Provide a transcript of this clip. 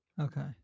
Okay